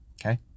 Okay